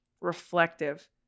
reflective